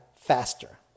faster